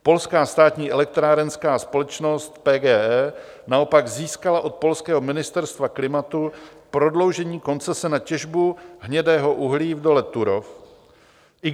Polská státní elektrárenská společnost PGE naopak získala od polského Ministerstva klimatu prodloužení koncese na těžbu hnědého uhlí v dole Turów.